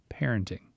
parenting